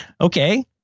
okay